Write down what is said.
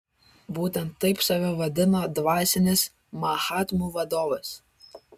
būtent taip save vadina dvasinis mahatmų vadovas